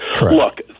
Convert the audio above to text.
Look